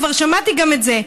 כבר שמעתי גם את זה.